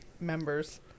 members